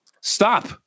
stop